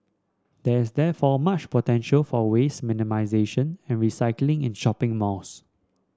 there is therefore much potential for waste minimisation and recycling in shopping malls